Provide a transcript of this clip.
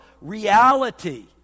reality